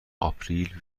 آپریل